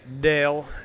Dale